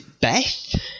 Beth